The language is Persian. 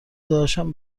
داداشم